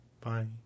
Bye